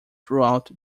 throughout